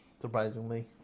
Surprisingly